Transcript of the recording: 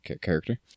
character